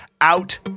Out